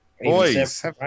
Boys